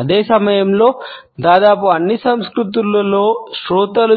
అదే సమయంలో దాదాపు అన్ని సంస్కృతులలో శ్రోతలు